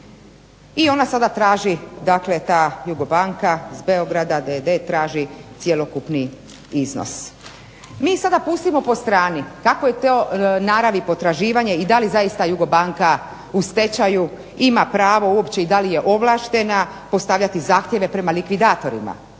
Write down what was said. I ona sada traži, dakle ta JUGOBANKA iz Beograda d.d. traži cjelokupni iznos. Mi sada pustimo po strani kakve je to naravi potraživanje i da li zaista JUGOBANKA u stečaju ima pravo uopće i da li je ovlaštena postavljati zahtjeve prema likvidatorima,